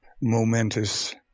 momentous